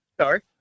Sorry